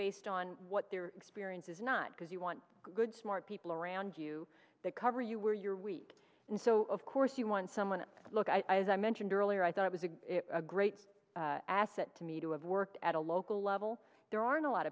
based on what their experience is not because you want good smart people around you that cover you where you're weak and so of course you want someone look i was i mentioned earlier i thought it was a great asset to me to have worked at a local level there are in a lot